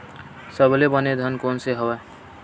सबले बने धान कोन से हवय?